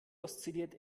oszilliert